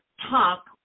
talk